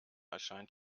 erscheint